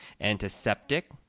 Antiseptic